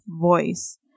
voice